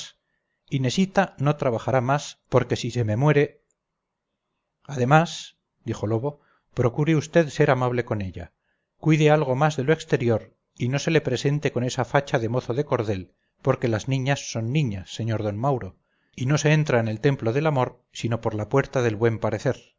nada más inesita no trabajará más porque si se me muere además dijo lobo procure vd ser amable con ella cuide algo más de lo exterior y no se le presente con esa facha de mozo de cordel porque las niñas son niñas sr d mauro y no se entra en el templo del amor sino por la puerta del buen parecer